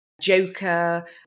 joker